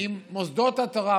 אם מוסדות התורה,